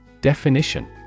Definition